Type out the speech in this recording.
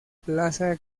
plaza